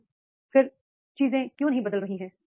लेकिन फिर चीजें क्यों नहीं बदल रही हैं